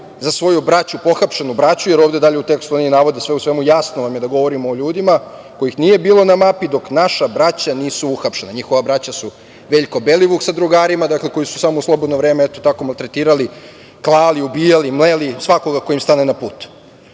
za svoju braću, pohapšenu braću, jer ovde dalje u tekstu oni navode, sve u svemu jasno vam je da govorimo o ljudima kojih nije bilo na mapi, dok naša braća nisu uhapšena, njihova braća su Veljko Belivuk sa drugarima, dakle, koji su samo u slobodno vreme, eto, tako, maltretirali, klali, ubijali, mleli svakoga ko im stane na put.S